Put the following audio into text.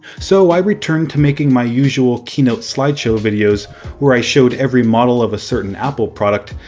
so i returned to making my usual keynote slideshow videos where i showed every model of a certain apple product,